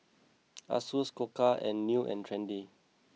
Asus Koka and New and Trendy